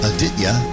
Aditya